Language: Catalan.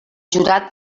jurat